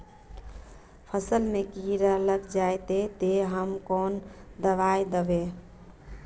फसल में कीड़ा लग जाए ते, ते हम कौन दबाई दबे?